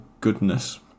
goodness